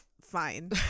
fine